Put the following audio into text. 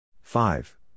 Five